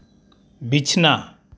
ᱵᱤᱪᱷᱱᱟᱹ